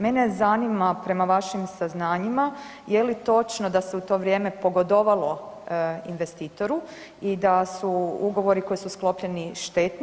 Mene zanima prema vašim saznanjima je li točno da se u to vrijeme pogodovalo investitoru i da su ugovori koji su sklopljeni štetni.